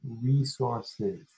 Resources